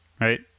right